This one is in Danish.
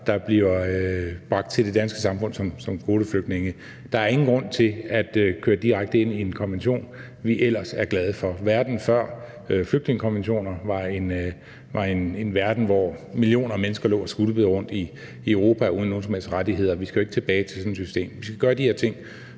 der bliver bragt til det danske samfund som kvoteflygtninge. Der er ingen grund til at køre direkte imod en konvention, vi ellers er glade for. Verden før flygtningekonventioner var en verden, hvor millioner af mennesker lå og skvulpede rundt i Europa uden nogen som helst rettigheder. Vi skal jo ikke tilbage til sådan et system. Vi skal gøre de her ting